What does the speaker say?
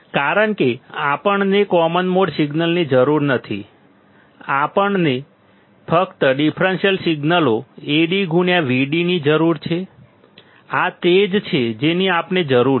કારણ કે આપણને કોમન મોડ સિગ્નલની જરૂર નથી આપણને ફક્ત ડિફરન્સીયલ સિગ્નલો AdVd ની જરૂર છે આ તે જ છે જેની અમને જરૂર છે